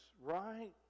right